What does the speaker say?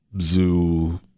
zoo